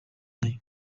nayo